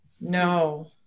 No